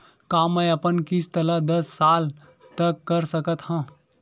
का मैं अपन किस्त ला दस साल तक कर सकत हव?